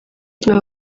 filime